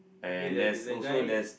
okay then if the guy